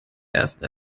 erst